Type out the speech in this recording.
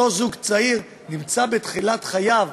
אותו זוג צעיר נמצא בתחילת חייו,